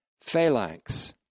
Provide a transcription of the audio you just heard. Phalanx